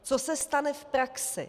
Co se stane v praxi?